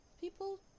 people